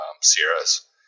sierras